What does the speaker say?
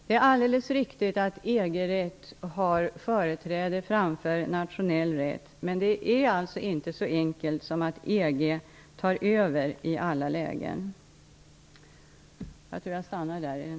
Det är alldeles riktigt att EG-rätt har företräde framför nationell rätt, men det är alltså inte så enkelt som att EG tar över i alla lägen.